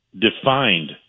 defined